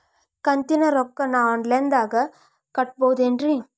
ಕಂತಿನ ರೊಕ್ಕನ ಆನ್ಲೈನ್ ದಾಗ ಕಟ್ಟಬಹುದೇನ್ರಿ?